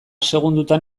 segundotan